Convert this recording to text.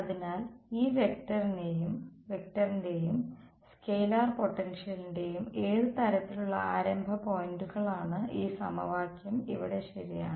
അതിനാൽ ഈ വെക്ടറിന്റെയും സ്കെലാർ പൊട്ടൻഷ്യലിന്റെയും ഏത് തരത്തിലുള്ള ആരംഭ പോയിന്റുകളാണ് ഈ സമവാക്യം ഇവിടെ ശരിയാണ്